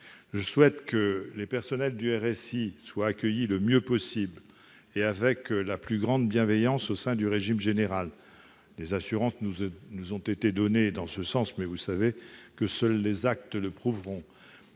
Je souhaite que les personnels du RSI soient accueillis le mieux possible et avec la plus grande bienveillance au sein du régime général. Des assurances nous ont été données en ce sens, mais seuls les actes comptent